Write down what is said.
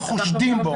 כחושדים בו.